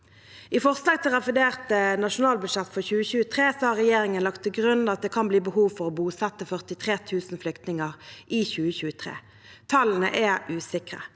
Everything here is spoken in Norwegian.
I forslag til revidert nasjonalbudsjett for 2023 har regjeringen lagt til grunn at det kan bli behov for å bosette 43 000 flyktninger i 2023. Tallene er usikre.